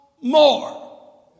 more